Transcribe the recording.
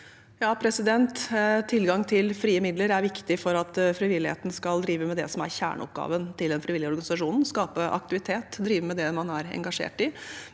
Til- gang til frie midler er viktig for at frivilligheten skal kunne drive med det som er kjerneoppgaven til den frivillige organisasjonen: skape aktivitet og drive med det man er engasjert i